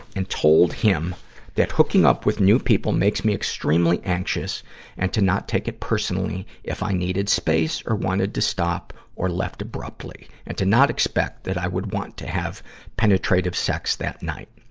and told him that hooking up with new people makes me extremely anxious and to not take it personally if i needed space or wanted to stop or left abruptly, and to not expect that i would want to have penetrative sex that night.